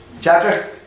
Chapter